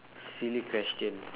silly question